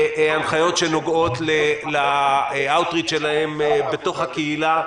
הנחיות שנוגעות לאאוט-ריץ' שלהם בתוך הקהילה.